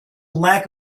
lack